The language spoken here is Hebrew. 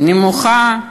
נמוכה,